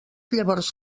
llavors